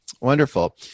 Wonderful